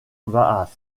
vaast